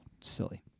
silly